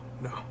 no